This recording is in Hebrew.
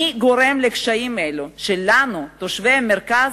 מי גורם לקשיים אלו, שלנו, תושבי המרכז,